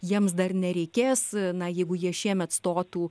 jiems dar nereikės na jeigu jie šiemet stotų